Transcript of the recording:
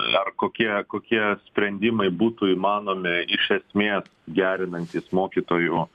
ar kokie kokie sprendimai būtų įmanomi iš esmės gerinantys mokytojų